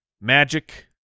Magic